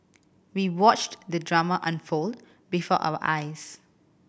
we watched the drama unfold before our eyes